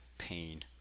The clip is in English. pain